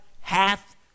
hath